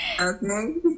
Okay